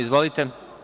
Izvolite.